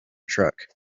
truck